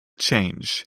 change